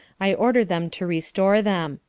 i order them to restore them.